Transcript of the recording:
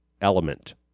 element